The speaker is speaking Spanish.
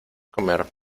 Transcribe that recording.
comer